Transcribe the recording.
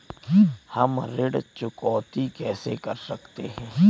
हम ऋण चुकौती कैसे कर सकते हैं?